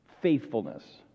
faithfulness